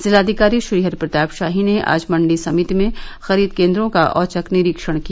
जिलाधिकारी श्रीहरि प्रताप शाही ने आज मंडी समिति में खरीद केंद्र का औचक निरीक्षण किया